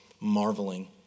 marveling